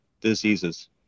diseases